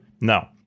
No